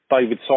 David